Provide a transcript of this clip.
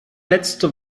letzte